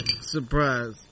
Surprise